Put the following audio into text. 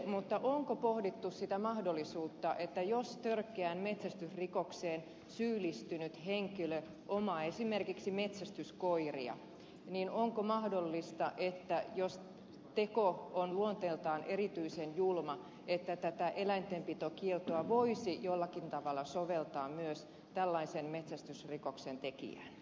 mutta onko pohdittu sitä mahdollisuutta että jos törkeään metsästysrikokseen syyllistynyt henkilö omaa esimerkiksi metsästyskoiria onko mahdollista että jos teko on luonteeltaan erityisen julma tätä eläintenpitokieltoa voisi jollakin tavalla soveltaa myös tällaisen metsästysrikoksen tekijään